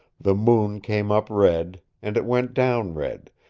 the moon came up red, and it went down red,